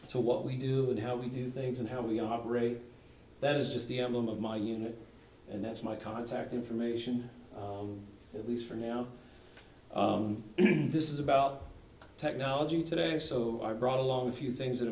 so what we do how we do things and how we operate that is just the emblem of my unit and that's my contact information at least for now this is about technology today so i brought along a few things that